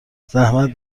زحمت